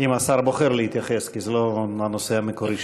אם השר בוחר להתייחס, כי זה לא הנושא המקורי.